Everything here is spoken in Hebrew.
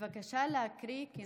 בבקשה להקריא את נוסח השאילתה.